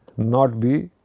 not be